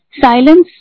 silence